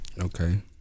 Okay